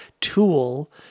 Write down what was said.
tool